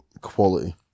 Quality